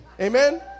Amen